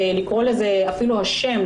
שאפילו השם,